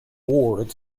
ward